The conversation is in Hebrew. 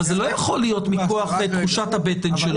אבל זה לא יכול להיות מכוח תחושת הבטן שלו.